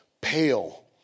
pale